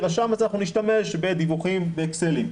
רשם אז אנחנו נשתמש בדיווחים באקסלים,